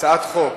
הצעת חוק